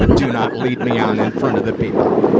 do not lead me on in front of the people.